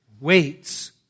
waits